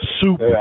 Soup